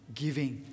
giving